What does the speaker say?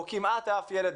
או כמעט אף ילד,